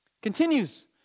Continues